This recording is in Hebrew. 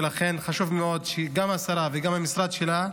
ולכן חשוב מאוד שגם השרה וגם המשרד שלה